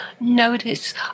notice